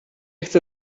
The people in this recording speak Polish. chcę